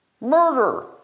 Murder